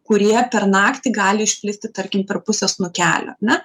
kurie per naktį gali išplisti tarkim per pusę snukelio ar ne